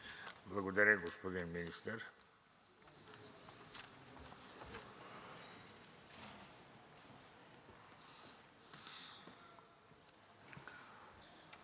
Благодаря. Господин Министър.